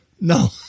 No